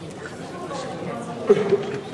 ההצעה להסיר מסדר-היום את